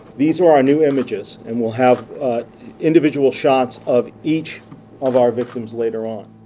these are our new images. and we'll have individual shots of each of our victims later on.